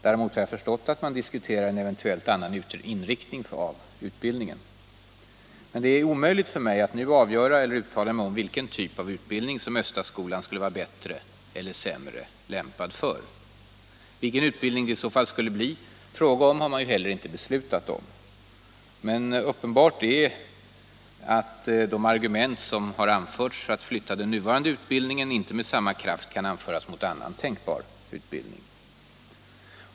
Däremot har jag förstått att man diskuterar en eventuellt annan inriktning av utbildningen. Men det är omöjligt för mig att nu avgöra eller uttala mig om för vilken typ av utbildning som Östaskolan skulle vara bättre eller sämre lämpad. Vilken utbildning det i så fall skulle bli fråga om har man ju heller inte beslutat om. Uppenbart är dock att de argument som anförs för att flytta den nuvarande utbildningen inte med samma kraft kan anföras mot annan tänkbar utbildning.